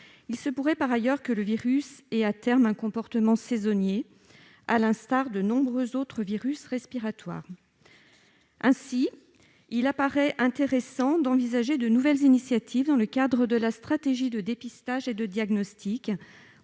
Il se pourrait par ailleurs que le virus ait, à terme, un comportement saisonnier, à l'instar de nombreux autres virus respiratoires. Ainsi, il paraît intéressant d'envisager de nouvelles initiatives dans le cadre de la stratégie de dépistage et de diagnostic,